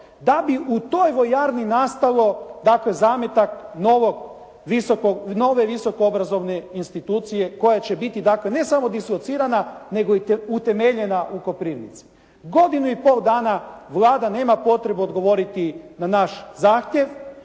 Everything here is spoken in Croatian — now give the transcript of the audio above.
da bi u toj vojarni nastalo, dakle zametak nove visoke obrazovne institucije koja će biti dakle ne samo dislocirana, nego i utemeljena u Koprivnici. Godinu i pol dana Vlada nema potrebu odgovoriti na naš zahtjev,